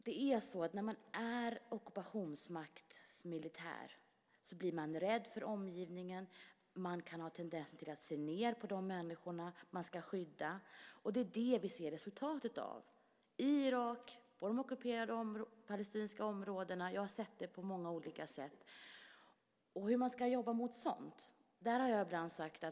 Det är så att när man är en ockupationsmaktsmilitär så blir man rädd för omgivningen, och man kan ha tendenser till att se ned på de människor man ska skydda. Det är det vi ser resultatet av i Irak och på de ockuperade palestinska områdena. Jag har sett det på många olika sätt. Hur ska man jobba mot sådant? Det är svårt att vara en god ockupationsmakt.